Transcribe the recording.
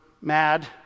mad